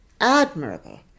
admirable